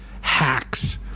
hacks